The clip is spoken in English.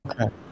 Okay